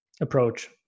approach